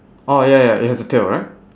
oh ya ya it has a tail right